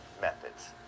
methods